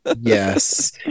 yes